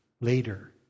Later